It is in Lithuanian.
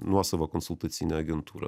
nuosavą konsultacinę agentūrą